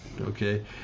okay